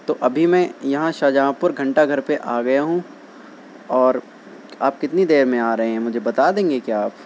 تو ابھی میں یہاں شاہجہاں پور گھنٹہ گھر پہ آ گیا ہوں اور آپ کتنی دیر میں آ رہے ہیں مجھے بتا دیں گے کیا آپ